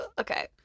Okay